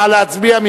נא להצביע.